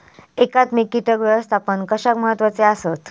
एकात्मिक कीटक व्यवस्थापन कशाक महत्वाचे आसत?